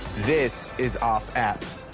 this is off-app.